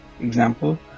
Example